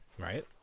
Right